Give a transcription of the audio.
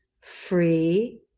free